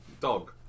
dog